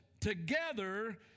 together